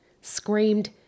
screamed